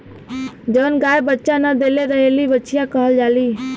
जवन गाय बच्चा न देले रहेली बछिया कहल जाली